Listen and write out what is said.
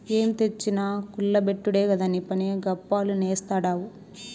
ఏం తెచ్చినా కుల్ల బెట్టుడే కదా నీపని, గప్పాలు నేస్తాడావ్